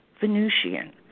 Venusian